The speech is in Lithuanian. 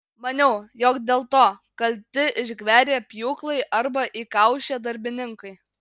maniau jog dėl to kalti išgverę pjūklai arba įkaušę darbininkai